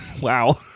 wow